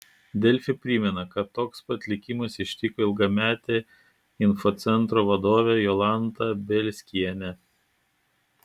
delfi primena kad toks pat likimas ištiko ilgametę infocentro vadovę jolantą bielskienę